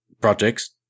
projects